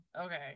Okay